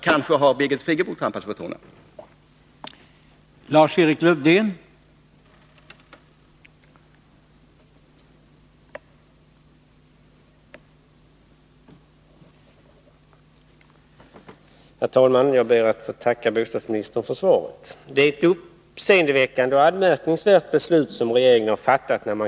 Kanske har Birgit 16 februari 1982 Friggebo trampats på tårna?